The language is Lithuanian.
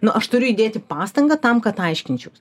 nu aš turiu įdėti pastangą tam kad aiškinčiaus